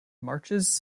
marches